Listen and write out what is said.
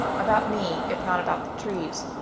about me, if not about the trees.